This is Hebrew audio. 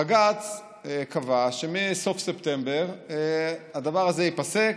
בג"ץ קבע שמסוף ספטמבר הדבר הזה ייפסק,